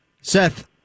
Seth